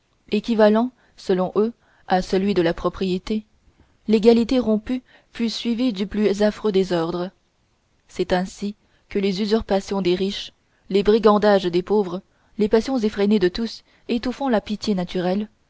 équivalent selon eux à celui de propriété l'égalité rompue fut suivie du plus affreux désordre c'est ainsi que les usurpations des riches les brigandages des pauvres les passions effrénées de tous étouffant la pitié naturelle